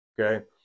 Okay